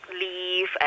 leave